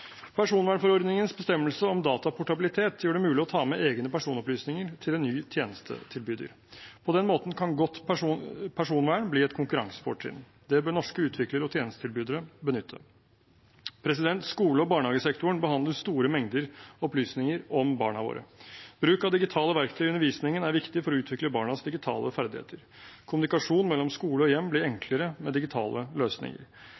Personvernforordningens bestemmelse om dataportabilitet gjør det mulig å ta med egne personopplysninger til en ny tjenestetilbyder. På den måten kan godt personvern bli et konkurransefortrinn. Det bør norske utviklere og tjenestetilbydere benytte. Skole- og barnehagesektoren behandler store mengder opplysninger om barna våre. Bruk av digitale verktøy i undervisningen er viktig for å utvikle barnas digitale ferdigheter. Kommunikasjon mellom skole og hjem blir enklere med digitale løsninger.